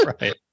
Right